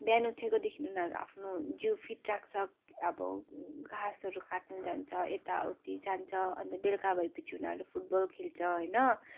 बिहान उठेकोदेखि उनीहरू आफ्नो जिउ फिट राख्छ अब घाँसहरू काट्नु जान्छ यताउति जान्छ अन्त बेलुका भएपछि उनीहरू फुटबल खेल्छ होइन